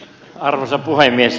arvoisa puhemies